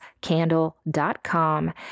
Candle.com